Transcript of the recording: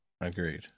agreed